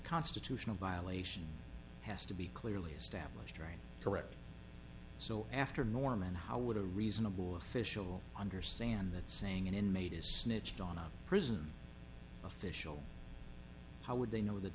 constitutional violation has to be clearly established trained correctly so after norman how would a reasonable official understand that saying an inmate is snitched on a prison official how would they know that